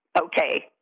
Okay